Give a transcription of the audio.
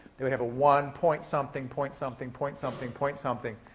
they would have a one, point something, point something, point something, point something.